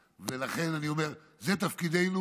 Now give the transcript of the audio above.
ולכן אני אומר: זה תפקידנו.